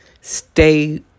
Stay